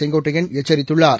செங்கோட்டையன் எச்சரித்துள்ளார்